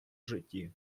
житті